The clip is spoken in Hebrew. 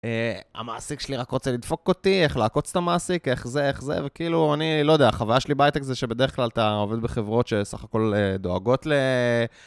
המעסיק שלי רק רוצה לדפוק אותי, איך לעקוץ את המעסיק, איך זה, איך זה, וכאילו, אני לא יודע, החוויה שלי בהייטק זה שבדרך כלל אתה עובד בחברות שסך הכל דואגות ל...